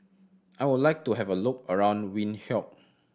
I would like to have a look around Windhoek